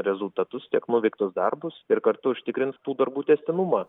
rezultatus tiek nuveiktus darbus ir kartu užtikrints tų darbų tęstinumą